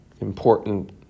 important